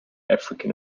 african